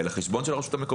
אל החשבון של הרשות המקומית,